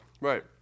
right